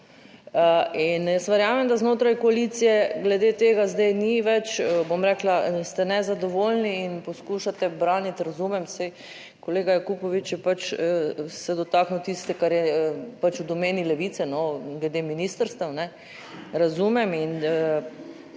Jaz verjamem, da znotraj koalicije glede tega zdaj ni več, bom rekla, ste nezadovoljni in poskušate braniti, razumem, saj kolega Jakopovič je pač se dotaknil tistega, kar je pač v domeni Levice glede ministrstev ne razumem.